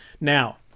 Now